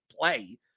play